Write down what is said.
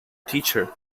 teacher